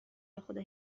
بخدا